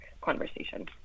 conversation